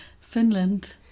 Finland